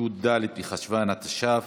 י"ד בחשוון התש"ף,